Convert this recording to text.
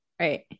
Right